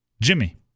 Jimmy